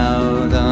Out